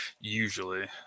usually